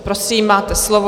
Prosím, máte slovo.